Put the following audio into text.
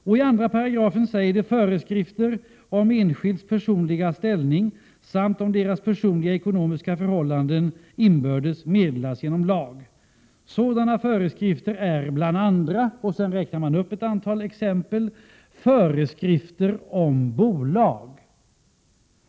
I 2 § står det: Sådana föreskrifter är bland andra:” Sedan räknas ett antal exempel upp, däribland föreskrifter om bolag.